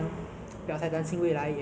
我会冒什么样的心